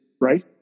right